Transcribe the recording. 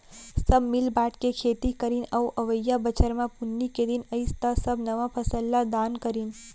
सब मिल बांट के खेती करीन अउ अवइया बछर म पुन्नी के दिन अइस त सब नवा फसल ल दान करिन